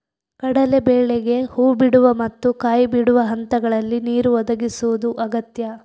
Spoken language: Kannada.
ಕಡಲೇ ಬೇಳೆಗೆ ಹೂ ಬಿಡುವ ಮತ್ತು ಕಾಯಿ ಬಿಡುವ ಹಂತಗಳಲ್ಲಿ ನೀರು ಒದಗಿಸುದು ಅಗತ್ಯ